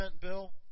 bill